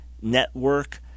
network